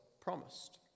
promised